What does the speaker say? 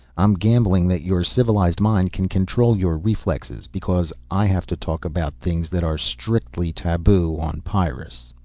i'm gambling that your civilized mind can control your reflexes. because i have to talk about things that are strictly taboo on pyrrus.